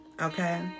Okay